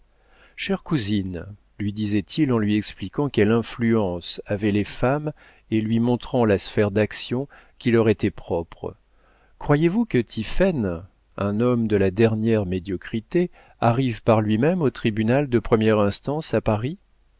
chère cousine lui disait-il en lui expliquant quelle influence avaient les femmes et lui montrant la sphère d'action qui leur était propre croyez-vous que tiphaine un homme de la dernière médiocrité arrive par lui-même au tribunal de première instance à paris